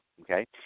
okay